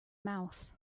mouth